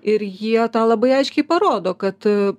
ir jie tą labai aiškiai parodo kad